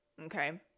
okay